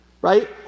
Right